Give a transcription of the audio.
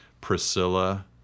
Priscilla